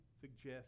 suggest